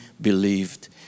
believed